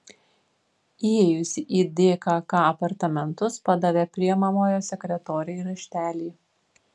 įėjusi į dkk apartamentus padavė priimamojo sekretorei raštelį